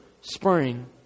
spring